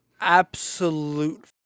Absolute